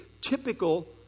typical